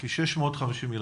כ-650 ילדים.